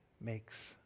makes